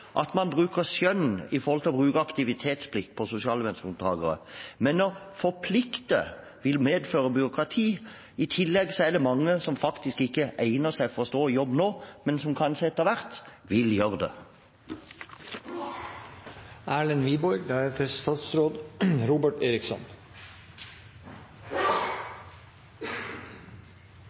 at man bruker skjønn når det gjelder aktivitetsplikt for sosialhjelpsmottakere, men å forplikte vil medføre byråkrati. I tillegg er det mange som faktisk ikke egner seg for å stå i jobb nå, men som kanskje etter hvert vil gjøre det.